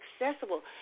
accessible